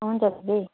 हुन्छ दिदी